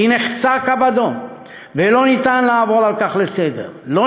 הייתה שנחצה קו אדום ולא ניתן לעבור על כך לסדר-היום,